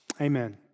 Amen